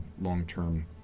long-term